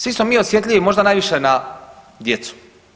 Svi smo mi osjetljivi možda najviše na djecu.